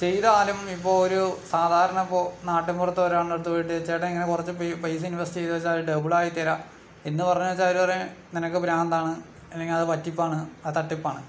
ചെയ്താലും ഇപ്പോൾ ഒരു സാധാരണ ഇപ്പോൾ നാട്ടിൻപുറത്തെ ഒരാളുടെ അടുത്ത് പോയിട്ട് ചേട്ടാ ഇങ്ങനെ കുറച്ച് പി പൈസ ഇൻവെസ്റ്റ് ചെയ്താൽ അത് ഡബിളാക്കി തരാം എന്നു പറഞ്ഞേച്ചാൽ അവർ പറയും നിനക്ക് ഭ്രാന്താണ് അല്ലെങ്കിൽ അത് പറ്റിപ്പാണ് അത് തട്ടിപ്പാണ്